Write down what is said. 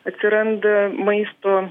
atsiranda maisto